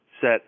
set